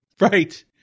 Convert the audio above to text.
Right